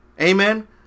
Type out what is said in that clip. amen